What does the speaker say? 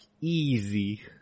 easy